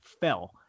fell